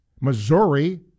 Missouri